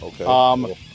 Okay